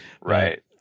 Right